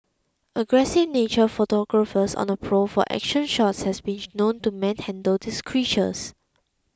aggressive nature photographers on the prowl for action shots have been known to manhandle these creatures